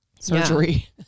surgery